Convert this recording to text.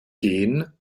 gehen